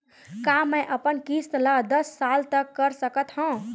का मैं अपन किस्त ला दस साल तक कर सकत हव?